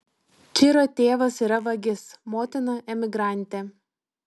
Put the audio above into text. čiro tėvas yra vagis motina emigrantė